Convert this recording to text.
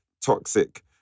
toxic